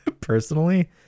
personally